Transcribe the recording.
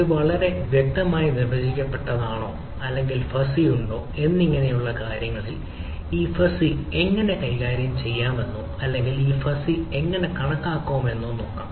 ഇത് വളരെ വ്യക്തമായി നിർവചിക്കപ്പെട്ടതാണോ അല്ലെങ്കിൽ ഫസ്സി ഉണ്ടോ എന്നിങ്ങനെയുള്ള കാര്യങ്ങളിൽ ഈ ഫസ്സി എങ്ങനെ കൈകാര്യം ചെയ്യാമെന്നോ അല്ലെങ്കിൽ ഈ ഫസ്സി എങ്ങനെ കണക്കാക്കാമെന്നോ നോക്കാം